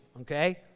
okay